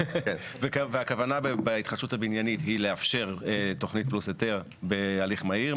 והכוונה בהתחדשות הבניינית היא לאפשר תוכנית פלוס היתר בהליך מהיר,